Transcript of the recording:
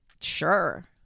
Sure